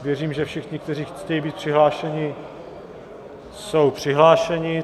Věřím, že všichni, kteří chtějí být přihlášeni, jsou přihlášeni.